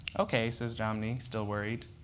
ok, says jomny, still worried.